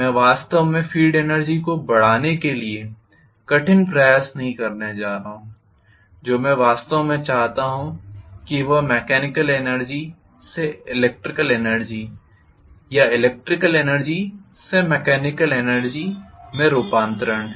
मैं वास्तव में फील्ड एनर्जी को बढ़ाने के लिए कठिन प्रयास नहीं करने जा रहा हूं जो मैं वास्तव में चाहता हूं वह मेकेनिकल एनर्जी से इलेक्ट्रिकल एनर्जी या इलेक्ट्रिकल एनर्जी से मेकेनिकल एनर्जी में रूपांतरण है